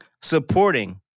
supporting